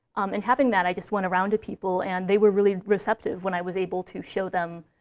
um and having that, i just want around to people, and they were really receptive when i was able to show them,